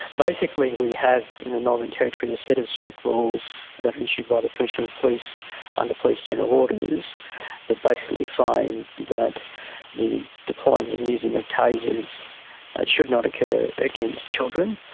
basically we have in the northern territory a set of strict rules that are issued by the commissioner of police under police general orders that basically find that the deploying and using of tasers should not occur against children,